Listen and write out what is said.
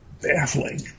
baffling